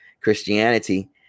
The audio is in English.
Christianity